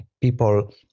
People